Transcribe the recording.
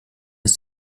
ist